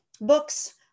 books